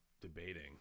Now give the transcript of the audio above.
debating